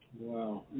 wow